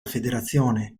federazione